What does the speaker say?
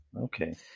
Okay